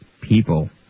people